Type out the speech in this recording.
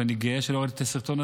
ואני גאה שלא ראיתי את הסרטון,